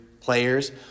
players